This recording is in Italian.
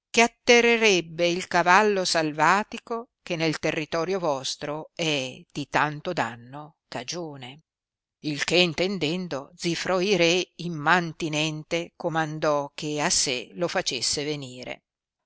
che atterrerebbe il cavallo salvatico che nel territorio vostro è di tanto danno cagione il che intendendo zifroi re immantinente comandò che a sé lo facesse venire